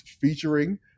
featuring